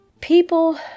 People